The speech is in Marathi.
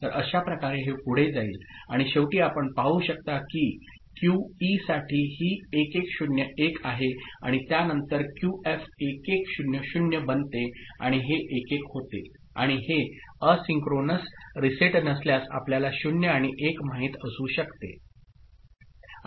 तर अशाप्रकारे हे पुढे जाईल आणि शेवटी आपण पाहू शकता की QE साठी ही 1101 आहे आणि त्या नंतर क्यूएफ 1100 बनते आणि हे 1 1 होते आणि हे असिंक्रोनस रीसेट नसल्यास आपल्याला 0 आणि 1 माहित असू शकते